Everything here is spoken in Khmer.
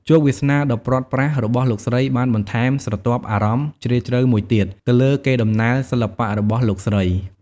ជោគវាសនាដ៏ព្រាត់ប្រាសរបស់លោកស្រីបានបន្ថែមស្រទាប់អារម្មណ៍ជ្រាលជ្រៅមួយទៀត ទៅលើកេរដំណែលសិល្បៈរបស់លោកស្រី។